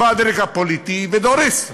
בא הדרג הפוליטי ודורס אותם,